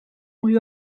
mwy